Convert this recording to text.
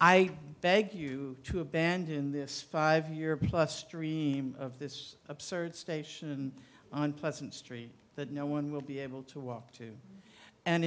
i beg you to abandon this five year plus stream of this absurd station and unpleasant street that no one will be able to walk to and